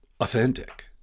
authentic